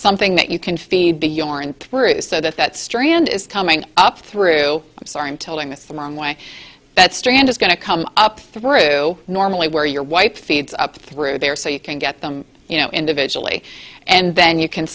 something that you can feed the yarn through so that that strand is coming up through sorry i'm telling this the long way that strand is going to come up through normally where your white feeds up through there so you can get them you know individually and then you can